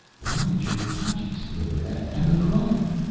why did your watch explode and the clock?